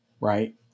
right